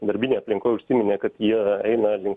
darbinėj aplinkoj užsiminė kad jie eina link